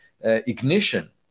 ignition